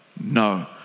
No